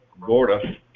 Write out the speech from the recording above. Gorda